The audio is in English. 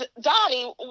Donnie